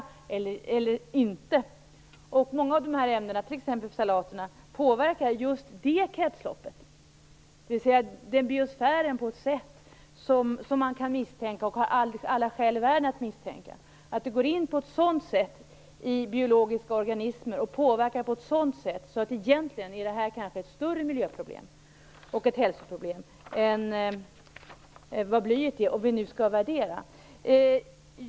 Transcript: Man har alla skäl i världen att misstänka att många av de här ämnena, t.ex. ftalaterna, påverkar just det kretsloppet, den biosfären, på ett sådant sätt att det kanske egentligen är ett större miljö och hälsoproblem än vad blyet är - om vi nu skall göra en värdering.